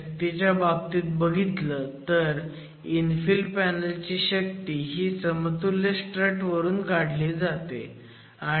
शक्तीच्या बाबतीत बघितलं तर इन्फिल पॅनल ची शक्ती ही समतुल्य स्ट्रट वरून काढली जाते